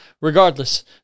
regardless